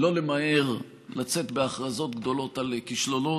לא למהר לצאת בהכרזות גדולות על כישלונות.